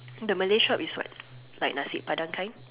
the Malay shop is what like nasi padang kind